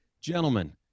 gentlemen